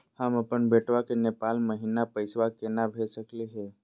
हम अपन बेटवा के नेपाल महिना पैसवा केना भेज सकली हे?